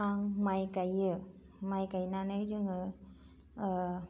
आं माइ गायो माइ गायनानै जोङो ओ